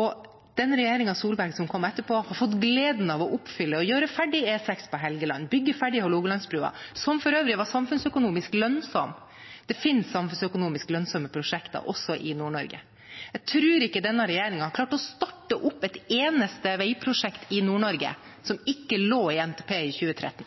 og den regjeringen Solberg som kom etterpå, har fått gleden av å oppfylle og gjøre ferdig E6 på Helgeland, bygge ferdig Hålogalandsbrua, som for øvrig var samfunnsøkonomisk lønnsom. Det fins samfunnsøkonomisk lønnsomme prosjekter også i Nord-Norge. Jeg tror ikke denne regjeringen har klart å starte opp et eneste veiprosjekt i Nord-Norge som ikke lå i NTP i 2013.